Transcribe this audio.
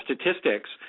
statistics